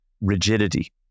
rigidity